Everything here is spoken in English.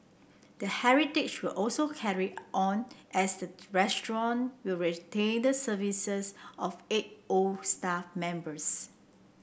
the heritage will also carry on as the restaurant will retain the services of eight old staff members